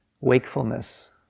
wakefulness